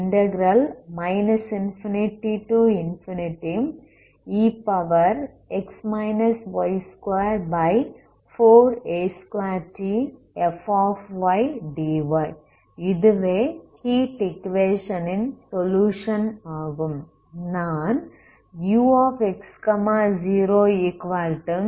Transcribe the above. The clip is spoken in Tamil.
இதுவே ஹீட் ஈக்குவேஷன் ன் சொலுயுஷன் ஆகும்